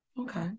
Okay